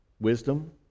wisdom